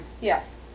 Yes